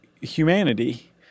humanity